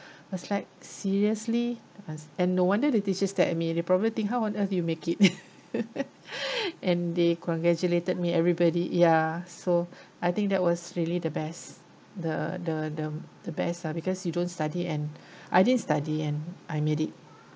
was like seriously and no wonder the teachers stare at me they probably think how on earth you make it and they congratulated me everybody ya so I think that was really the best the the the the best lah because you don't study and I didn't study and I made it